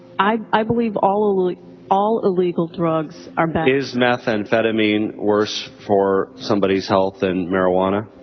i believe all like all illegal drugs are bad. is methamphetamine worse for somebody's health than marijuana?